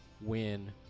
win